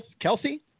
Kelsey